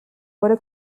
wurde